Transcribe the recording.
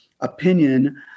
opinion